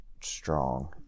strong